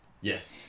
yes